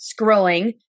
scrolling